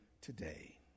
today